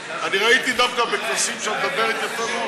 אני ראיתי דווקא בכנסים שאת מדברת יפה מאוד.